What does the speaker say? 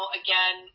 again